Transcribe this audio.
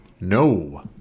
no